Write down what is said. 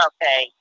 Okay